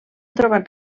trobat